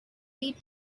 lead